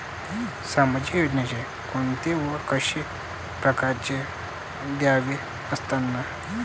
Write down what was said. सामाजिक योजनेचे कोंते व कशा परकारचे दावे असतात?